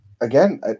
again